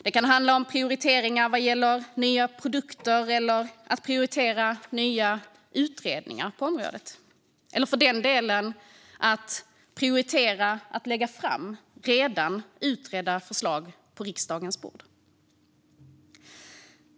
Det kan handla om prioriteringar vad gäller nya produkter eller att prioritera nya utredningar på området, eller för den delen att prioritera att lägga redan utredda förslag på riksdagens bord.